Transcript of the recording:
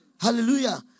Hallelujah